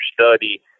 study